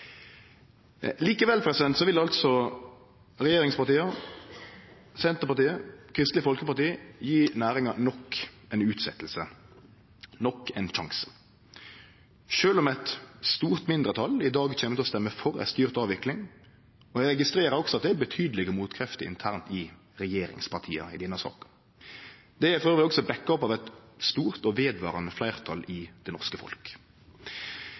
Likevel vil regjeringspartia, Senterpartiet og Kristeleg Folkeparti gje næringa nok ei utsetjing, nok ein sjanse, sjølv om eit stort mindretal i dag kjem til å stemme for ei styrt avvikling. Eg registrerer også at det er betydelege motkrefter internt i regjeringspartia i denne saka. Det er elles også bakka opp av eit stort og vedvarande fleirtal i det norske